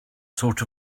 sort